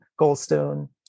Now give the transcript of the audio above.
Goldstone